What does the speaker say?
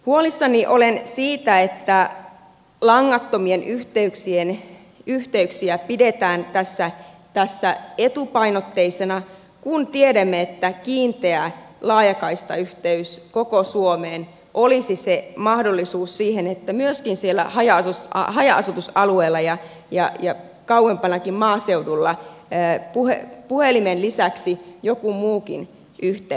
huolissani olen siitä että langattomia yhteyksiä pidetään tässä etupainotteisina kun tiedämme että kiinteä laajakaistayhteys koko suomeen olisi se mahdollisuus siihen että myöskin siellä haja asutusalueella ja kauempanakin maaseudulla puhelimen lisäksi joku muukin yhteys toimisi